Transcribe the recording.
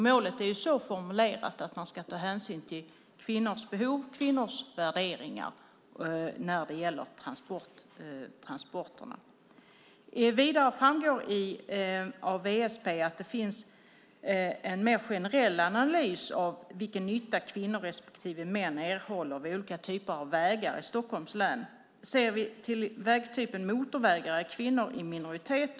Målet är formulerat så att man ska ta hänsyn till kvinnornas behov och kvinnors värderingar när det gäller transporter. Vidare framgår det av WSP att det finns en mer generell analys av vilken nytta kvinnor respektive män erhåller av olika typer av vägar i Stockholms län. Ser vi till vägtypen motorväg är kvinnor i minoritet.